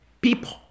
people